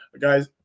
guys